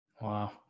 Wow